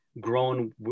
grown